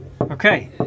okay